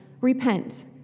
Repent